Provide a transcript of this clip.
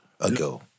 ago